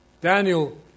Daniel